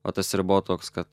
o tas ir buvo toks kad